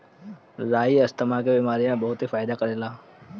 राई asthma के बेमारी में बहुते फायदा करेला